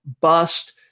Bust